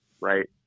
Right